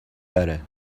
داره